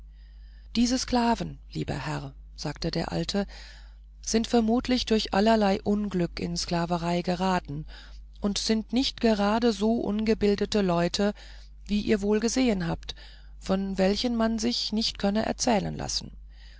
diese sklaven lieber herr sagte der alte sind vermutlich durch allerlei unglück in sklaverei geraten und sind nicht gerade so ungebildete leute wie ihr wohl gesehen habt von welchen man sich nicht könnte erzählen lassen